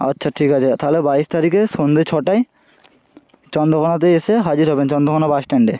আচ্ছা ঠিক আছে তাহলে বাইশ তারিখে সন্ধ্যে ছটায় চন্দ্রকোনাতে এসে হাজির হবেন চন্দ্রকোনা বাস স্ট্যান্ডে